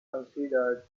considered